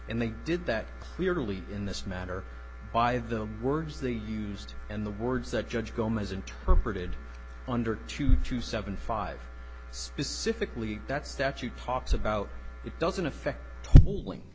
and they did that clearly in this matter by them words they used and the words that judge gomez interpreted under two two seven five specifically that statute talks about it doesn't affect holding